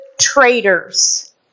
traitors